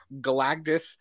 Galactus